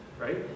Right